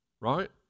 right